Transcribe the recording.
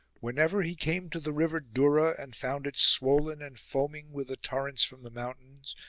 whenever he came to the river dura and found it swollen and foaming with the torrents from the mountains,